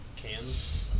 Cans